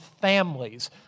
families